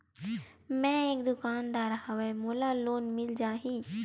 मै एक दुकानदार हवय मोला लोन मिल जाही?